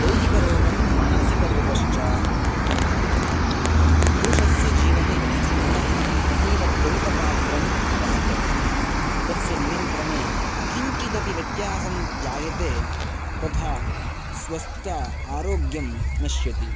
दैहिकरोगं मानसिकरोगश्च इति पुरुषस्य जीवने मनः अतीवप्रमुकपात्रम् अवहत् तस्य नियन्त्रणे किञ्चिदपि व्यत्यासं जायते तथा स्वस्थ आरोग्यं नश्यति